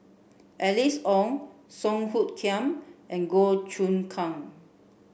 Alice Ong Song Hoot Kiam and Goh Choon Kang